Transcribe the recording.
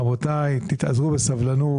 חברים, תתאזרו בסבלנות.